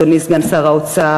אדוני סגן שר האוצר.